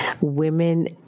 women